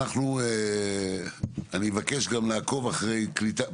אני גם אבקש לעקוב אחרי הקליטה,